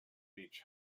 beach